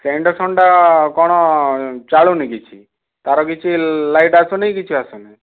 ସେ ଇଣ୍ଡକସନ୍ଟା କ'ଣ ଚାଲୁନି କିଛି ତା'ର କିଛି ଲାଇଟ୍ ଆସୁନି କିଛି ଆସୁନି